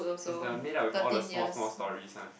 it's the made up with all the small small stories one